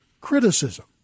criticism